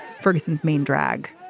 ferguson's main drag.